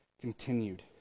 continued